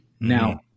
Now